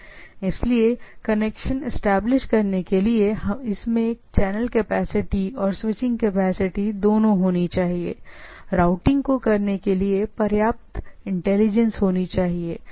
इसलिए connection establish करने के लिए इसकी चैनल कैपेसिटी और स्विचिंग कैपेसिटी दोनों होनी चाहिए रूटिंग को वर्कआउट करने के लिए पर्याप्त इंटेलिजेंस होनी चाहिए